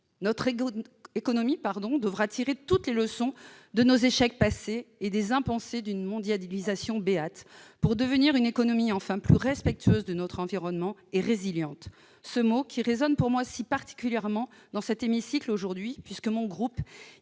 Notre économie devra tirer toutes les leçons de nos échecs passés et des impensés d'une mondialisation béate, pour devenir enfin plus respectueuse de notre environnement et résiliente. Ce mot résonne pour moi particulièrement dans cet hémicycle aujourd'hui, puisque mon groupe